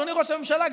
אדוני ראש הממשלה,